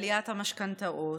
עליית המשכנתאות,